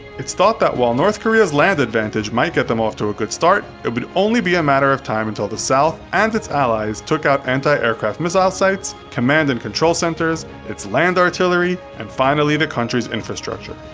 it's thought that while north korea's land advantage might get them off to a good start, it would only be a matter of time until the south and its allies took out anti-aircraft missile sites, command and control centers, its land artillery, and finally the country's infrastructure.